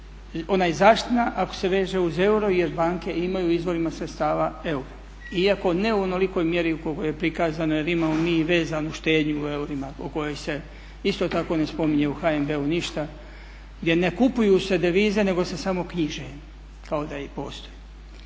ona je zaštitna ako se veže uz euro jer banke imaju u izvorima sredstava euro, iako ne u onolikoj mjeri koliko je prikazano jer imamo mi i vezanu štednju u eurima o kojoj se isto tako ne spominje u HNB-u ništa, gdje ne kupuju se devize, nego se samo knjiže kao da postoje.